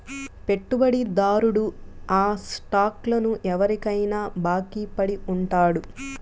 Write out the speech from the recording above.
పెట్టుబడిదారుడు ఆ స్టాక్లను ఎవరికైనా బాకీ పడి ఉంటాడు